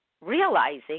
realizing